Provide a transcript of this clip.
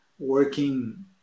working